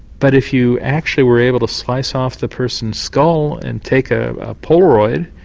but if you actually were able to slice off the person's skull and take a polaroid,